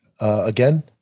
again